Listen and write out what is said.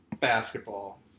basketball